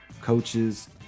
coaches